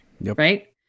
Right